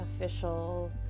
official